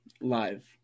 live